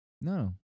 no